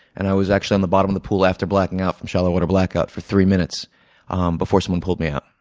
and i was actually on the bottom of the pool after blacking out from shallow water blackout for three minutes um before someone pulled me out.